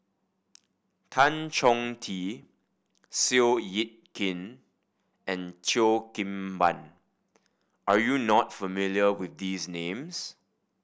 Tan Chong Tee Seow Yit Kin and Cheo Kim Ban are you not familiar with these names